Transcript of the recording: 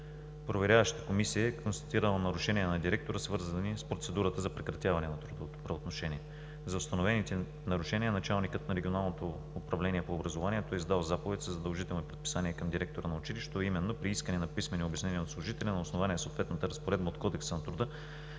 Проверяващата комисия е констатирала нарушения на директора, свързани с процедурата за прекратяване на трудовото правоотношение. За установените нарушения началникът на Регионалното управление на образованието е издал заповед със задължителни предписания към директора на училището, а именно при искане на писмени обяснения от служителя на основание съответната разпоредба от Кодекса на труда